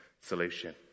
solution